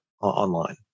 online